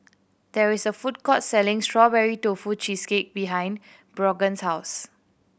there is a food court selling Strawberry Tofu Cheesecake behind Brogan's house